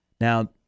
Now